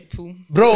Bro